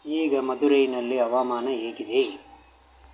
ಈಗ ಮಧುರೈನಲ್ಲಿ ಹವಾಮಾನ ಹೇಗಿದೆ